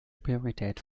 priorität